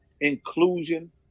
inclusion